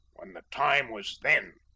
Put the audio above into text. when the time was then?